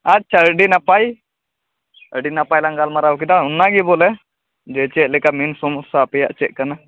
ᱟᱪᱷᱟ ᱟᱹᱰᱤ ᱱᱟᱯᱟᱭ ᱟᱹᱰᱤ ᱱᱟᱯᱟᱭ ᱞᱟᱝ ᱜᱟᱞᱢᱟᱨᱟᱣ ᱠᱮᱫᱟ ᱚᱱᱟ ᱜᱮ ᱵᱚᱞᱮ ᱡᱮ ᱪᱮᱫ ᱞᱮᱠᱟ ᱢᱮᱱ ᱥᱚᱢᱳᱥᱟ ᱟᱯᱮᱭᱟᱜ ᱪᱮᱫ ᱠᱟᱱᱟ